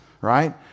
right